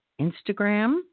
Instagram